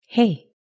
Hey